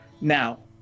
Now